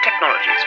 technologies